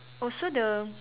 oh so the